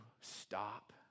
stop